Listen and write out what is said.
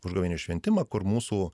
užgavėnių šventimą kur mūsų